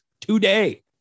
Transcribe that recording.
today